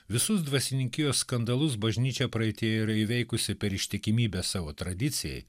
visus dvasininkijos skandalus bažnyčia praeityje yra įveikusi per ištikimybę savo tradicijai